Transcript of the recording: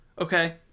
Okay